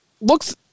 looks